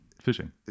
fishing